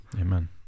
Amen